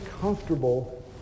comfortable